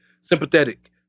Sympathetic